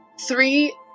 three